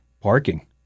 Parking